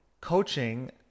Coaching